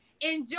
Enjoy